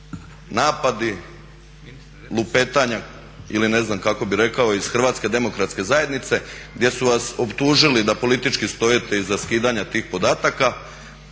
napadi, lupetanja ili ne znam kako bi rekao iz HDZ-a gdje su vas optužili da politički stojite iza skidanja tih podataka.